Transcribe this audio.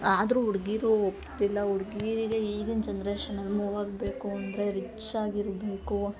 ಆದರೂ ಹುಡ್ಗೀರು ಒಪ್ತಿಲ್ಲ ಹುಡ್ಗೀರಿಗೆ ಈಗಿನ ಜನ್ರೇಶನಲ್ಲಿ ಮೂವ್ ಆಗಬೇಕು ಅಂದರೆ ರಿಚ್ಚಾಗಿರಬೇಕು